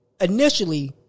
Initially